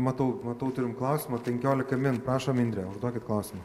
matau matau turim klausimą penkiolika min prašom indre duokit klausimą